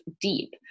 deep